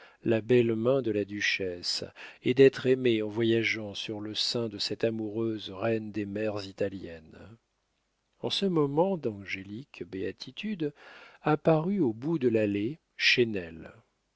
la belle main de la duchesse et d'être aimé en voyageant sur le sein de cette amoureuse reine des mers italiennes en ce moment d'angélique béatitude apparut au bout de l'allée